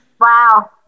Wow